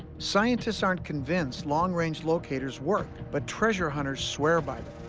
scientists aren't convinced long range locators work, but treasure hunters swear by